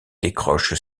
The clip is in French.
décroche